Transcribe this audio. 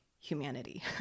humanity